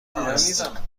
هست